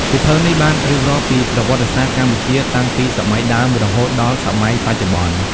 សៀវភៅនេះបានរៀបរាប់ពីប្រវត្តិសាស្ត្រកម្ពុជាតាំងពីសម័យដើមរហូតដល់សម័យបច្ចុប្បន្ន។